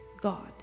God